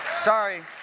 Sorry